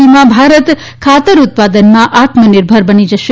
સુધીમાં ભારત ખાતર ઉત્પાદનમાં આત્મનિર્ભર બની જશે